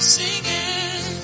singing